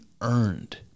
earned